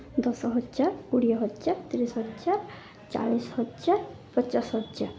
ଦଶ ହଜାର କୋଡ଼ିଏ ହଜାର ତିରିଶ ହଜାର ଚାଳିଶ ହଜାର ପଚାଶ ହଜାର